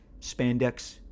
spandex